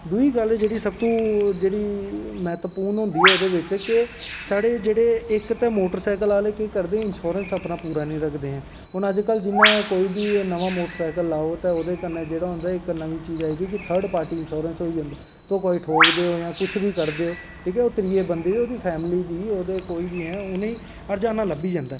दूई गल्ल जेह्ड़ी सब तो मैह्वपूर्ण होंदी ऐ एह्दे बिच्च ते साढ़े मोटर सैकल आह्ले इक ते केह् करदे इंसोरैंश पूरा नी रक्खदे हैन हून अज्ज कल जियां कोई बी मोटर सैकल लैओ ते ओह्दे कन्नै इक चीज होंदी कि थर्ड पार्टी इंसोरैंश होई जंदा तुस कोई ठोकदे ओ जां कुश बी करदे ओ ठीक ऐ ओह्दा फैमली गी कोई बी ऐ ओह् हरजाना लब्भी जंदा ऐ